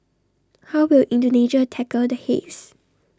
how will Indonesia tackle the haze